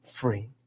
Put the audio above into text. free